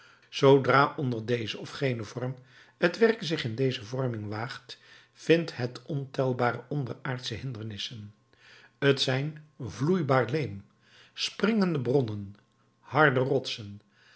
zoodra onder dezen of genen vorm het werk zich in deze vorming waagt vindt het ontelbare onderaardsche hindernissen t zijn vloeibaar leem springende bronnen harde rotsen